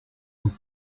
were